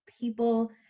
people